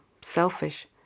selfish